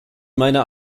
meiner